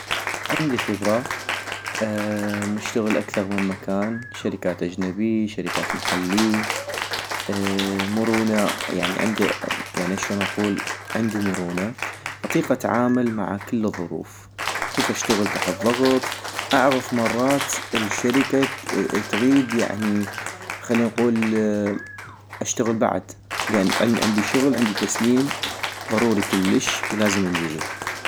عندي خبرة، مشتغل اكثغ من مكان، شركات اجنبيي شركات محليي، مرونة- يعني اشون نقول عندي مرونة. - اطيق اتعامل مع كل الظروف، اطيق اشتغل تحت ضغط، اعغف مرات الشركة تغيد يعني خلي نقول اشتغل بعد لان عندي شغل، عندي تسليم ضروري كلش ولازم انجزو